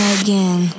again